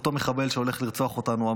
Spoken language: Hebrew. אותו מחבל שהולך לרצוח אותנו,